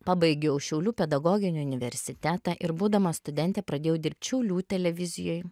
pabaigiau šiaulių pedagoginį universitetą ir būdama studentė pradėjau dirbt šiaulių televizijoj